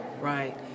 Right